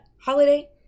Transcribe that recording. holiday